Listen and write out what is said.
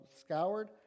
scoured